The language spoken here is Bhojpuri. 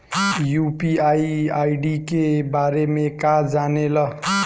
यू.पी.आई आई.डी के बारे में का जाने ल?